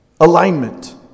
Alignment